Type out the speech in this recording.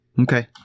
Okay